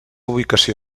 ubicació